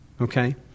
Okay